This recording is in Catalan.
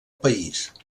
país